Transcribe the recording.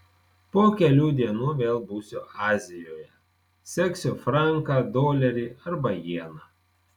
po kelių dienų vėl būsiu azijoje seksiu franką dolerį arba jeną